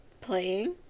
playing